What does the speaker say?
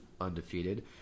undefeated